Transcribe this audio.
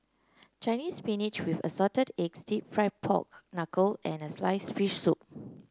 Chinese Spinach with Assorted Eggs deep fried Pork Knuckle and sliced fish soup